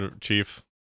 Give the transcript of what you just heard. chief